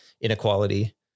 inequality